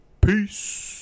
Peace